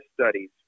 studies